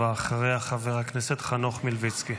אחריה, חבר הכנסת חנוך מלביצקי,